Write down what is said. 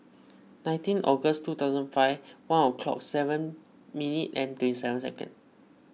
nineteen August two thousand and five one o'clock seven minute and twenty seven second